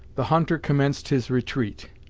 the hunter commenced his retreat,